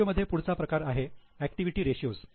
रेषीयो मध्ये पुढचा प्रकार आहे ऍक्टिव्हिटी रेषीयो